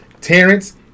Terrence